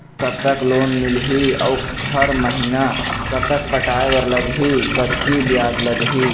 कतक लोन मिलही अऊ हर महीना कतक पटाए बर लगही, कतकी ब्याज लगही?